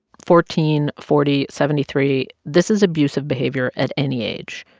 fourteen, forty, seventy three this is abusive behavior at any age.